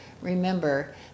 remember